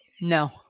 no